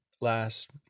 last